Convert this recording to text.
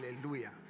Hallelujah